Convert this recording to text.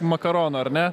makaronų ar ne